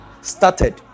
started